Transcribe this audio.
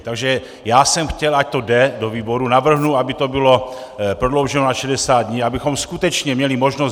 Takže já jsem chtěl, ať to jde do výboru, navrhnu, aby to bylo prodlouženo na 60 dní, abychom skutečně měli možnost...